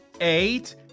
eight